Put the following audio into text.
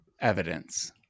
evidence